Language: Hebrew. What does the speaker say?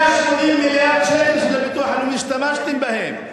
180 מיליארד שקל של הביטוח הלאומי, השתמשתם בהם.